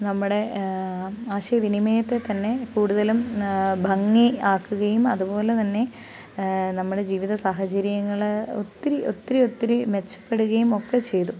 നമ്മുടെ ആശയവിനിമയത്തെ തന്നെ കൂടുതലും ഭംഗി ആക്കുകയും അതുപോലെ തന്നെ നമ്മുടെ ജീവിത സാഹചര്യങ്ങൾ ഒത്തിരി ഒത്തിരിയൊത്തിരി മെച്ചപ്പെടുകയും ഒക്കെ ചെയ്തു